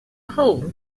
whole